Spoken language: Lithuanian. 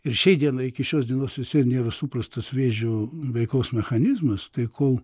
ir šiai dienai iki šios dienos visvien nėra suprastas vėžio veiklos mechanizmas tai kol